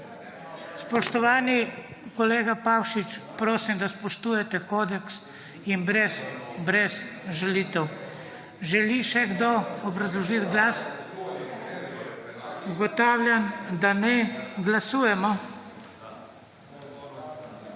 Spoštovani kolega Pavšič, prosim da spoštujete kodeks in brez žalitev. Želi še kdo obrazložiti glas? Ugotavljam, da ne. Glasujemo.